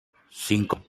cinco